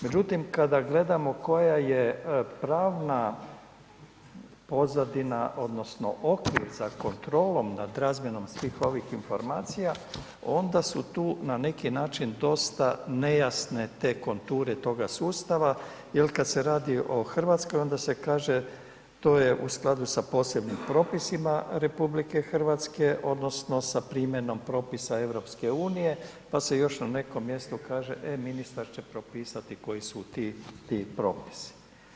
Međutim, kada gledamo koja je pravna pozadina odnosno okvir za kontrolom nad razmjenom svih ovih informacija, onda su tu na neki način dosta nejasne te konture toga sustava jel kad se radi o RH, onda se kaže to je u skladu sa posebnim propisima RH odnosno sa primjenom propisa EU, pa se još na nekom mjestu kaže, e ministar će propisati koji su ti, ti propisi.